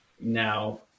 now